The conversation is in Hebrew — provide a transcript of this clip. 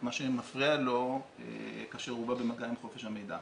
מה שמפריע לו כאשר הוא בא במגע עם חופש המידע.